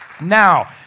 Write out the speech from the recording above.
Now